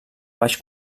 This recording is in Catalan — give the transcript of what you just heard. baix